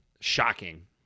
Shocking